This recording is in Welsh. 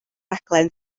raglen